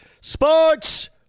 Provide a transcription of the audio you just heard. Sports